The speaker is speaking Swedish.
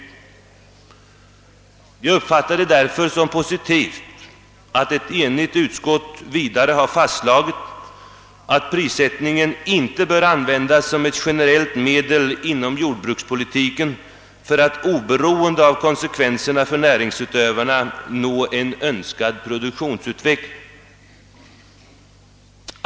Jag uppfattar det därför som positivt att ett enigt utskott vidare fastslagit att prissättningen inte bör användas som »ett generellt medel inom jordbrukspolitiken för att oberoende av konsekvenserna för näringsutövarna nå önskad produktionsutveckling».